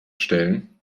stellen